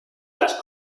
las